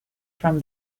from